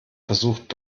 versucht